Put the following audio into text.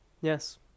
yes